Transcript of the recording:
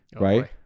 right